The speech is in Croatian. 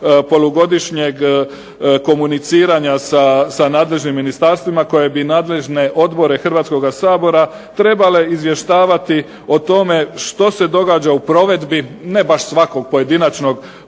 polugodišnjeg komuniciranja sa nadležnim ministarstvima koje bi nadležne odbore Hrvatskoga sabora trebale izvještavati o tome što se događa u provedbi, ne baš svakog pojedinačnog